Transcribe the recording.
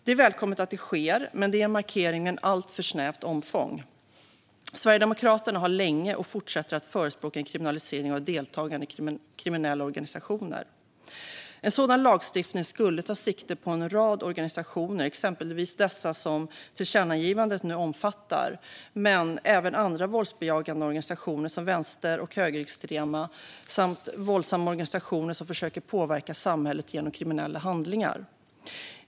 Det är välkommet att det sker, men det är en markering med ett alltför snävt omfång. Sverigedemokraterna har länge förespråkat och fortsätter att förespråka en kriminalisering av deltagande i kriminella organisationer. En sådan lagstiftning skulle ta sikte på en rad organisationer, exempelvis dessa som tillkännagivandet nu omfattar men även andra våldsbejakande organisationer såsom vänster och högerextrema samt andra våldsamma organisationer som försöker påverka samhället genom kriminella handlingar.